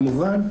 כמובן,